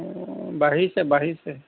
বাঢ়িছে বাঢ়িছে